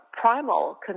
primal